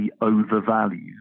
overvalued